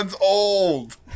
old